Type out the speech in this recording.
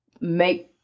make